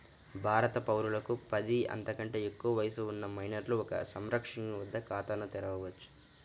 భారత పౌరులకు పది, అంతకంటే ఎక్కువ వయస్సు ఉన్న మైనర్లు ఒక సంరక్షకుని వద్ద ఖాతాను తెరవవచ్చు